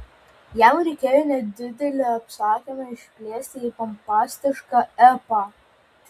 jam reikėjo nedidelį apsakymą išplėsti į pompastišką epą